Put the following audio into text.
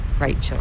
Rachel